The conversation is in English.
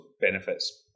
benefits